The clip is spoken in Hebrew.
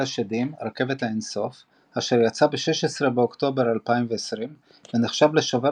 השדים רכבת האינסוף" אשר יצא ב-16 באוקטובר 2020 ונחשב לשובר